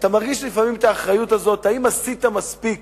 אתה מרגיש לפעמים את האחריות הזאת: האם עשית מספיק